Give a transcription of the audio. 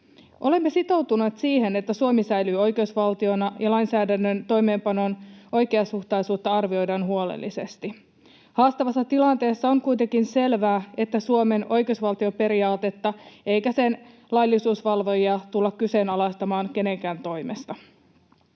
Olemme sitoutuneet siihen, että Suomi säilyy oikeusvaltiona ja lainsäädännön toimeenpanon oikeasuhtaisuutta arvioidaan huolellisesti. Haastavassa tilanteessa on kuitenkin selvää, ettei Suomen oikeusvaltioperiaatetta eikä sen laillisuusvalvojia tulla kyseenalaistamaan kenenkään toimesta.